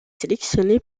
sélectionné